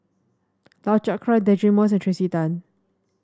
Lau Chiap Khai Deirdre Moss and Tracey Tan